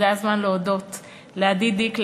אז זה הזמן להודות לעדי דיק,